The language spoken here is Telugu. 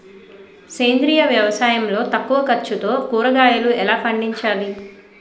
సేంద్రీయ వ్యవసాయం లో తక్కువ ఖర్చుతో కూరగాయలు ఎలా పండించాలి?